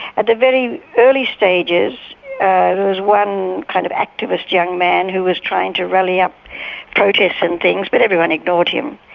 at the very early stages, there was one kind of activist young man who was trying to rally up protests and things, but everyone ignored him.